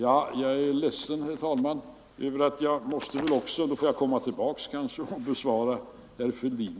Jag är ledsen, herr talman, att jag — eftersom jag utnyttjat min tid — kanske måste komma tillbaka i ett senare inlägg för att bemöta herr Fälldin.